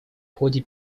ходе